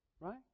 right